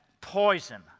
poison